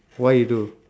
what you do